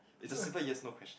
is a simple yes no question